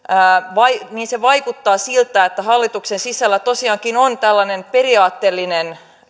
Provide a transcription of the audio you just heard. vaikuttaa siltä että hallituksen sisällä tosiaankin on tällainen periaatteellinen